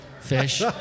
fish